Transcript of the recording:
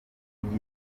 igihe